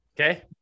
okay